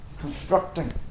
constructing